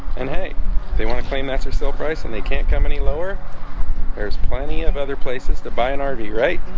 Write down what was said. and hey they want to clean master sell price and they can't come any lower there's plenty of other places to buy an rv, yeah right?